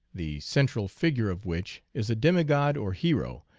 the central figure of which is a demigod or hero,